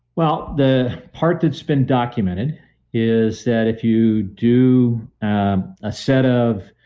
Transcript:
well, the part that's been documented is that if you do a set of